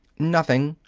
nothing,